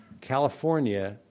California